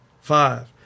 Five